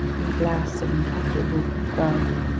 and glass of incalculable value.